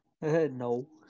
no